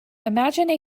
imagine